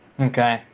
Okay